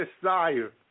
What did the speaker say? desire